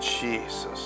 Jesus